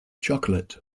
chocolate